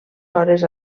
hores